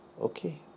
Okay